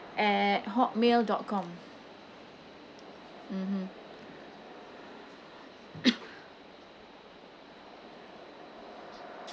at hotmail dot com mmhmm